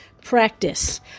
practice